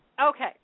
Okay